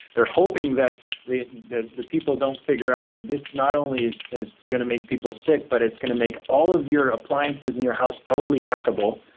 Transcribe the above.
they're hoping that the the people don't figure out that this not only is is going to make people sick, but it's going to make all of your appliances in your house totally hackable.